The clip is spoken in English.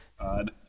Odd